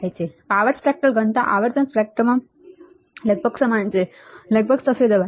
power spectral ઘનતા આવર્તન સ્પેક્ટ્રમમાં લગભગ સમાન છે લગભગ સફેદ અવાજ